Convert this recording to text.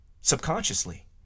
subconsciously